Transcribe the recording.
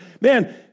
Man